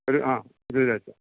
ഒരു ആ ഈ ആഴ്ച